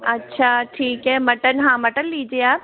अच्छा ठीक है मटन हाँ मटन लीजिए आप